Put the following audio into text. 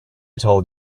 told